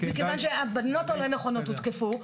מכיוון שהבנות הלא נכונות הותקפו,